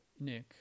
Nick—